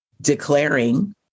declaring